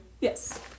Yes